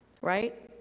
Right